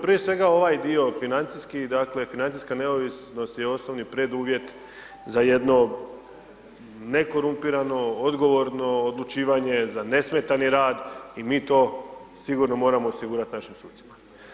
Prije svega ovaj dio financijski, dakle financijska neovisnost je osnovni preduvjet za jedno nekorumpirano, odgovorno odlučivanje za nesmetani rad i mi to sigurno moramo osigurati našim sucima.